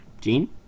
Gene